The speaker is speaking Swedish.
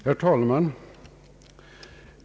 Herr talman!